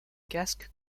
casques